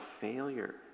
failure